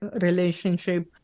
relationship